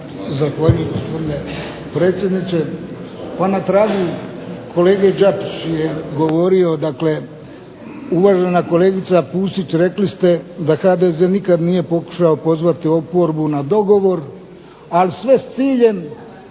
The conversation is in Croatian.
Zahvaljujem gospodine predsjedniče. Pa na tragu, kolega Đakić je govorio dakle uvažena kolegica Pusić rekli ste da HDZ nikad nije pokuša pozvati oporbu na dogovor, ali sve s ciljem